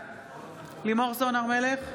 בעד לימור סון הר מלך,